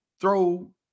throw